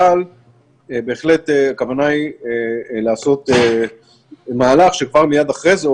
אבל בהחלט הכוונה היא לעשות מהלך שכבר מיד אחרי זה,